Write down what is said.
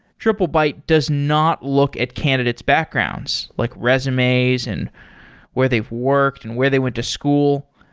triplebyte does not look at candidate's backgrounds, like resumes and where they've worked and where they went to school.